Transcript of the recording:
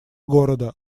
города